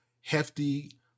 hefty